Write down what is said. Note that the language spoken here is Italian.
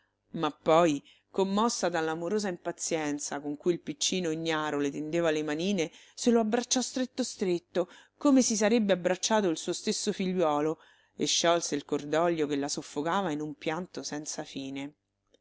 ma poi commossa dall'amorosa impazienza con cui il piccino ignaro le tendeva le manine se lo abbracciò stretto stretto come si sarebbe abbracciato il suo stesso figliuolo e sciolse il cordoglio che la soffocava in un pianto senza fine